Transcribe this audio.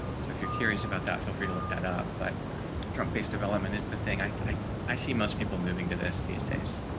so if you're curious about that. feel free to look that up but trunk based development is the thing i i i see most people moving to this these days.